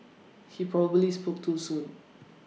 he probably spoke too soon